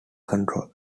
control